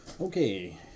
Okay